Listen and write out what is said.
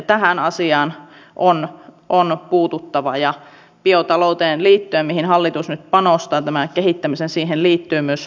mielestäni täällä on tänään käyty muutamia puheenvuoroja lukuun ottamatta varsin hyvää ja arvokasta keskustelua ja kuten huomataan tämä keskustelu on ollut erittäin tarpeellista